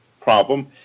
problem